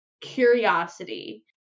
curiosity